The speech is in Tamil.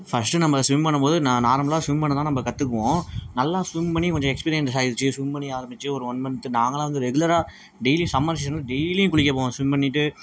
ஃபர்ஸ்ட்டு நம்ம ஸ்விம் பண்ணும் போது நான் நார்மலாக ஸ்விம் பண்ண தான் நம்ம கற்றுக்குவோம் நல்லா ஸ்விம் பண்ணி கொஞ்சம் எக்ஸ்பீரியன்ஸ் ஆகிருச்சி ஸ்விம் பண்ணி ஆரம்பிச்சி ஒரு ஒன் மந்த்து நாங்கலாம் வந்து ரெகுலராக டெய்லி சம்மர் சீசனில் டெய்லியும் குளிக்கப் போவோம் ஸ்விம் பண்ணிட்டு